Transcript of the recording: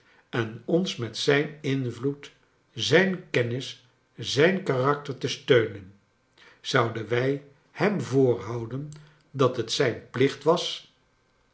en ons met zijn invloed zijn kennis zijn karakter te steunen zouden wij hem voorhouden dat het zijn plicht was